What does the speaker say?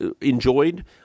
enjoyed